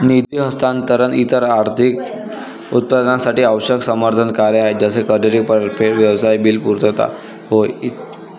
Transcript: निधी हस्तांतरण इतर आर्थिक उत्पादनांसाठी आवश्यक समर्थन कार्य आहे जसे कर्जाची परतफेड, व्यवसाय बिल पुर्तता होय ई